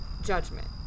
judgment